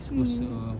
mm